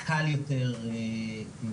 יהיה קל יותר לעכל,